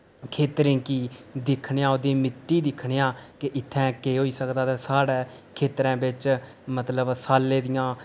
खेत्तरें गी दिक्खनेआं उदी मिट्टी दिक्खनेआं केह् इत्थें केह् होई सकदा ते साढ़े खेत्तरें बिच्च मतलब साले दियां